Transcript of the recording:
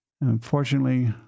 Unfortunately